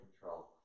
control